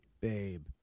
Babe